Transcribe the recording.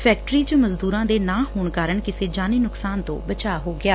factory ਚ ਮਜਦੁਰਾਂ ਦੇ ਨਾ ਹੋਣ ਕਾਰਨ ਕਿਸੇ ਜਾਨੀ ਨੁਕਸਾਨ ਤੋਂ ਬਚਾਅ ਹੋ ਗਿਐ